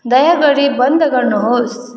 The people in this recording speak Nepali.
दया गरी बन्द गर्नुहोस्